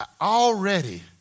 already